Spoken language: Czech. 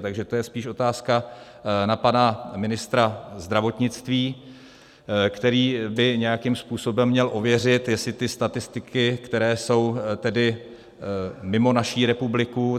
Takže to je spíše otázka na pana ministra zdravotnictví, který by nějakým způsobem měl ověřit, jestli statistiky, které jsou mimo naši republiku,